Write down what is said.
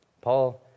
Paul